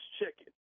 chicken